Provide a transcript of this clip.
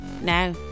now